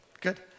Good